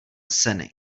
ceny